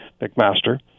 McMaster